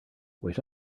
wish